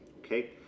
okay